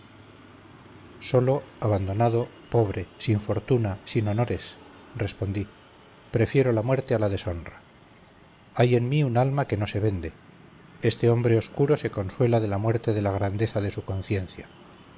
solo abandonado pobre sin fortuna sin honores respondí prefiero la muerte a la deshonra hay en mí un alma que no se vende este hombre oscuro se consuela de la muerte en la grandeza de su conciencia